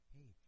Hey